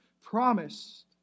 promised